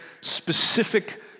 specific